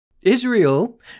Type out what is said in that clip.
Israel